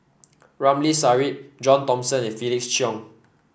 Ramli Sarip John Thomson and Felix Cheong